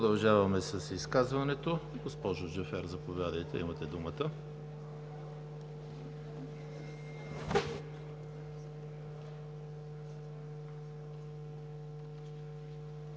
Продължаваме с изказванията. Госпожо Джафер, заповядайте – имате думата.